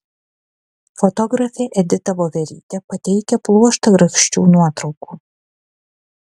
fotografė edita voverytė pateikia pluoštą grakščių nuotraukų